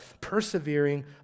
persevering